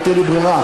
לא תהיה לי ברירה.